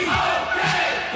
okay